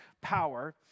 power